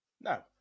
No